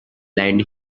land